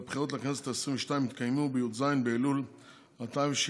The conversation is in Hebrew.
והבחירות לכנסת העשרים-ושתיים יתקיימו בי"ז באלול תשע"ט,